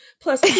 plus